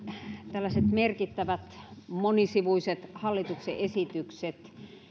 tällaiset merkittävät monisivuiset hallituksen esitykset